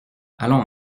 allons